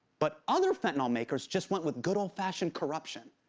but other fentanyl makers just went with good old-fashioned corruption,